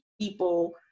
people